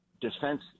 defense